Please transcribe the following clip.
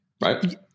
right